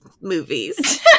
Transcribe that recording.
movies